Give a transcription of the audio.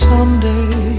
Someday